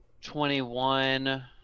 Twenty-one